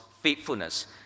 faithfulness